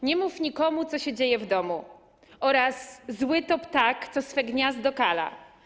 Nie mów nikomu, co się dzieje w domu - oraz: zły to ptak, co swe gniazdo kala.